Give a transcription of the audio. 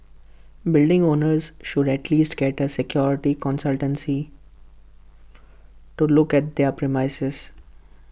building owners should at least get A security consultancy to look at their premises